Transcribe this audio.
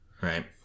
Right